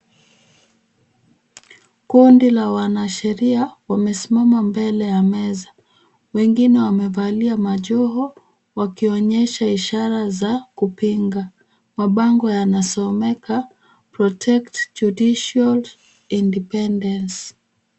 Kundi la wanasheria wamesimama mbele ya meza, wengine wamevalia majoho wakionyesha ishara za kupinga. Mabango yanasomeka, PROTECT JUDICIAL INDEPENDENCE .